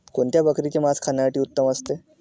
कोणत्या बकरीचे मास खाण्यासाठी उत्तम असते?